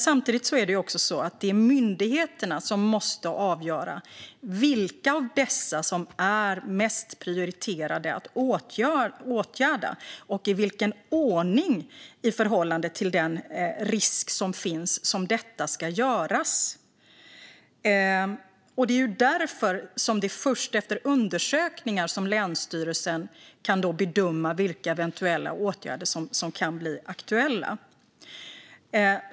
Samtidigt är det myndigheterna som måste avgöra vilka av dessa som är mest prioriterade att åtgärda och i vilken ordning i förhållande till den risk som finns som detta ska göras. Därför är det först efter undersökningar som länsstyrelsen kan bedöma vilka eventuella åtgärder som kan bli aktuella.